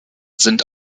sind